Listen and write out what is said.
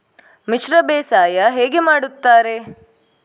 ಮಿಶ್ರ ಬೇಸಾಯ ಹೇಗೆ ಮಾಡುತ್ತಾರೆ?